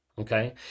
Okay